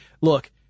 look